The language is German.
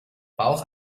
bauch